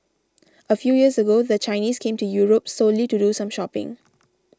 a few years ago the Chinese came to Europe solely to do some shopping